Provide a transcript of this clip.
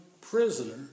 prisoner